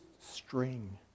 string